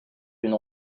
d’une